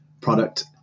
product